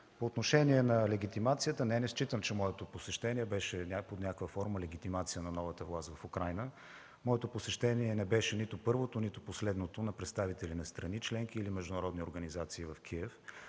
По отношение на легитимацията. Не, не считам, че моето посещение беше някаква форма на легитимация на новата власт в Украйна. Моето посещение не беше нито първото, нито последното на представители на страни членки или на международни организации в Киев.